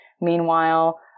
meanwhile